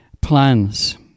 plans